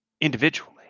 individually